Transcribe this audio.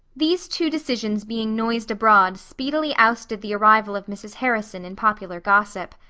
these two decisions being noised abroad speedily ousted the arrival of mrs. harrison in popular gossip.